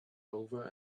over